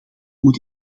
moet